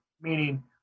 meaning